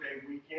weekend